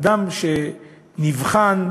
אדם שנבחן,